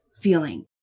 feeling